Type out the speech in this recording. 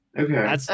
Okay